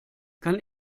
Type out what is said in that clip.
kann